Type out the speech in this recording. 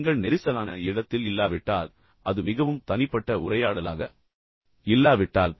நீங்கள் நெரிசலான இடத்தில் இல்லாவிட்டால் அது மிகவும் தனிப்பட்ட உரையாடலாக இல்லாவிட்டால்